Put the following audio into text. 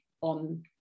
on